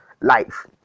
life